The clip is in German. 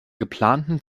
geplanten